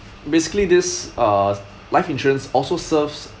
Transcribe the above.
basically this uh life insurance also serves